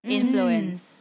influence